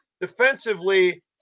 defensively